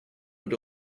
but